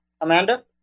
Amanda